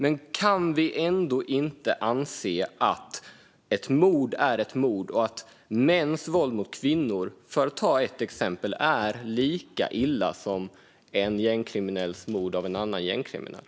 Men kan det ändå inte anses att ett mord är ett mord, och att mäns våld mot kvinnor - för att ta ett exempel - är lika illa som en gängkriminells mord på en annan gängkriminell?